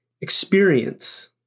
experience